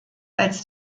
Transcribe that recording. als